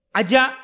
aja